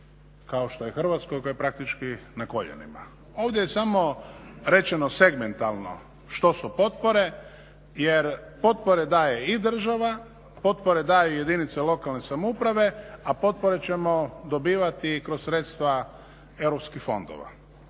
kao što je hrvatsko koje praktički na koljenima. Ovdje je samo rečeno segmentalno što su potpore jer potpore daje i država, potpore daju jedinice lokalne samouprave a potpore ćemo dobivati i kroz sredstva Europskih fondova.